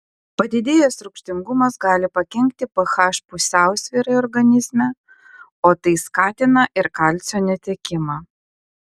padidėjęs rūgštingumas gali pakenkti ph pusiausvyrai organizme o tai skatina ir kalcio netekimą